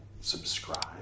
subscribe